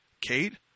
Kate